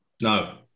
No